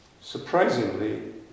surprisingly